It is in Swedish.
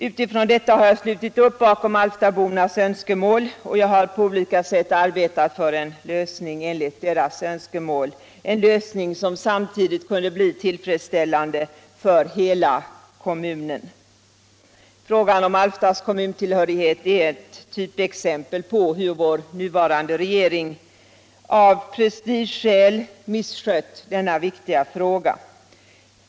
Utifrån detta har jag slutit upp bakom Alftabornas önskemål. Jag har på olika sätt arbetat för en lösning enligt deras önskemål — en lösning som samtidigt kunde bli en tillfredsställande lösning för hela kommunen. Frågan om Alftas kommuntillhörighet är ett typexempel på hur vår nuvarande regering av prestigeskäl har misskött denna viktiga fråga.